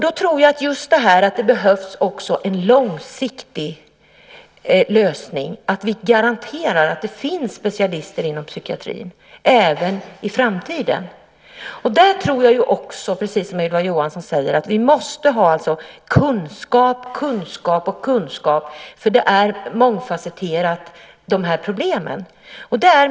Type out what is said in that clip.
Det behövs en långsiktig lösning där vi garanterar att det finns specialister inom psykiatrin även i framtiden. Precis som Ylva Johansson tror jag att vi måste ha kunskap, kunskap och åter kunskap, för problemen är mångfasetterade.